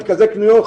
מרכזי קניות,